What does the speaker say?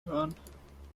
hören